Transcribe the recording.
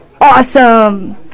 Awesome